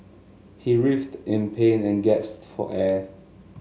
he writhed in pain and gasped for air